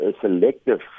selective